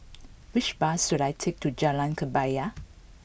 which bus should I take to Jalan Kebaya